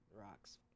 rocks